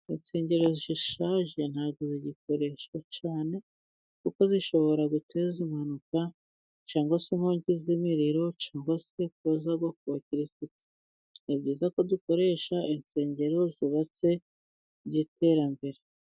Insengero zishaje ntizigikoreshwa cyane, kuko zishobora guteza impanuka cyangwa se inkongi z'imiriro, cyangwa se zikaba zagwa ku bakirisitu. Ni byiza ko dukoresha insengero zubatse z'iterambere.